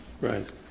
right